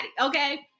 okay